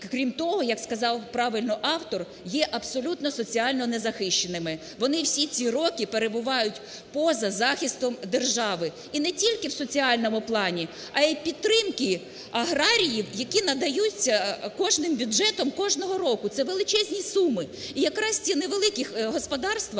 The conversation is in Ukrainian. крім того, як сказав правильно автор, є абсолютно соціально незахищеними. Вони всі ці роки перебувають поза захистом держави. І не тільки в соціальному плані, а і підтримки аграріїв, які надаються кожним бюджетом кожного року – це величезні суми. І якраз ці невеликі господарства